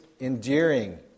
endearing